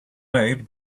made